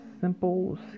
simple